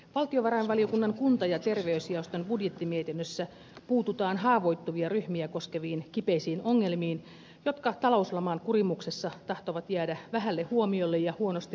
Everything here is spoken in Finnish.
valtiovarainvaliokunnan kunta ja terveysjaoston budjettimietinnössä puututaan haavoittuvia ryhmiä koskeviin kipeisiin ongelmiin jotka talouslaman kurimuksessa tahtovat jäädä vähälle huomiolle ja huonosti resursoiduiksi